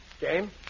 Game